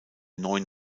neun